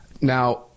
Now